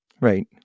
Right